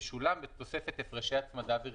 תשולם בתוספת הפרשי הצמדה וריבית.